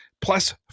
plus